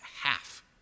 half